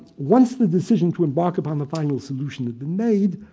once the decision to embark upon the final solution had been made,